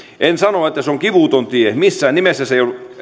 en sano että se kivuton tie missään nimessä se